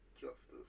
Justice